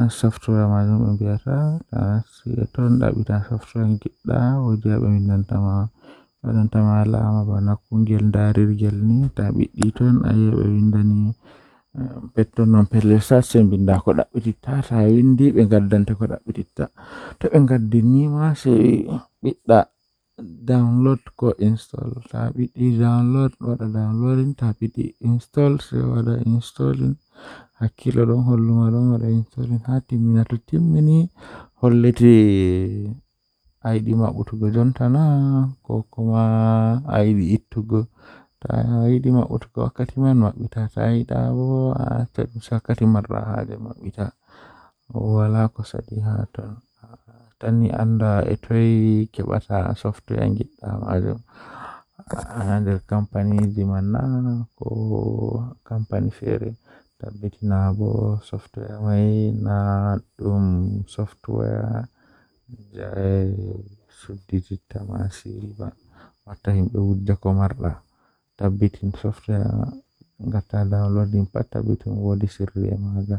laatake So miɗo waawi ɗum ko goɗɗum, aɗa yiɗi wonde joomi kadi kaɗi ko amɗo ndiyanɗo. Ko waɗi joomo miin, sabu o waɗi feewi ɗum fi mbaawi waɗe. Miɗo jooɗi e hoore ko waɗde, o waɗi miŋ kaɗi o waɗi saama sabu o tiiɗi. Jooni, miɗo waawi faamii ɗum